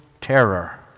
terror